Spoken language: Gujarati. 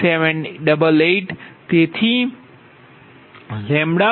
2035